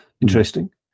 interesting